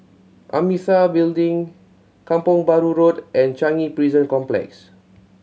Amitabha Building Kampong Bahru Road and Changi Prison Complex